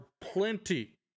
plenty